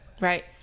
right